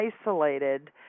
isolated